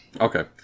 Okay